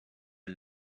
der